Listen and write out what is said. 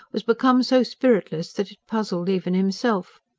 was become so spiritless that it puzzled even himself.